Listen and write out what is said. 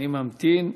אני ממתין.